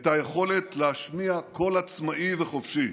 את היכולת להשמיע קול עצמאי וחופשי